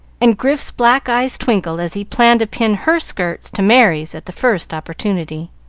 and grif's black eyes twinkled as he planned to pin her skirts to merry's at the first opportunity.